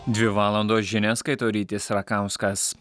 dvi valandos žinias skaito rytis rakauskas